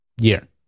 year